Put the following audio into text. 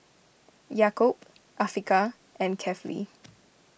Yaakob Afiqah and Kefli